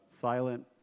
silent